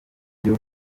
ibyo